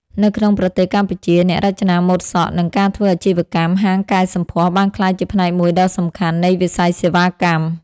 នៅក្នុងប្រទេសកម្ពុជា អ្នករចនាម៉ូដសក់និងការធ្វើអាជីវកម្មហាងកែសម្ផស្សបានក្លាយជាផ្នែកមួយដ៏សំខាន់នៃវិស័យសេវាកម្ម។